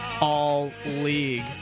all-league